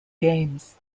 games